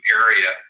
area